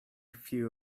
few